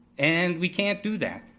and we can't do that.